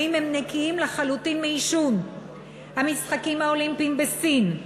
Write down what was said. הם נקיים לחלוטין מעישון: המשחקים האולימפיים בסין,